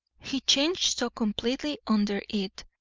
he changed so completely under it,